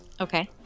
Okay